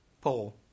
Paul